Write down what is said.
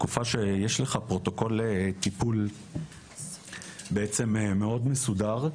בתקופה הזו יש לך פרוטוקול טיפול מאוד מסודר,